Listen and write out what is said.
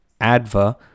ADVA